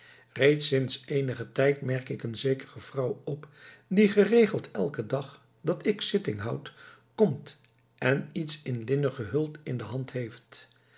reeds sinds eenigen tijd merk ik een zekere vrouw op die geregeld elken dag dat ik zitting houd komt en iets in linnen gehuld in de hand heeft